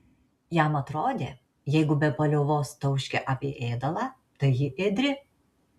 jam atrodė jeigu be paliovos tauškia apie ėdalą tai ji ėdri